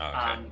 Okay